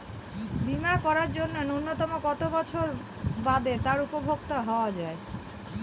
বীমা করার জন্য ন্যুনতম কত বছর বাদে তার উপভোক্তা হওয়া য়ায়?